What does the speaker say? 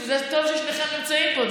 זה טוב ששניכם נמצאים פה.